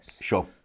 Sure